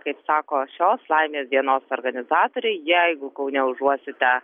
kaip sako šios laimės dienos organizatoriai jeigu kaune užuosite